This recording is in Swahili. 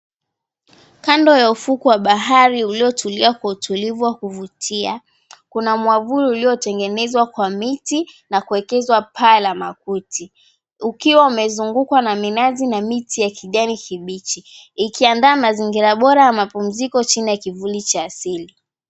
Kando ya ufuko wa bahari uliotulia, kwa utulivu wa kuvutia, kuna mwavuli uliotengenezwa kwa miti na kuekezwa paa la makuti, ukiwa umezungukwa na minazi na miti ya kijani kibichi, ikiandaa mazingira bora ya mapumziko chini ya kivuli cha asili.